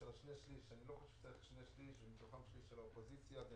שאני לא חושב שצריך שני שליש ומתוכם שליש של האופוזיציה.